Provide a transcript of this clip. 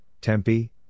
Tempe